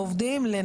קיבלו.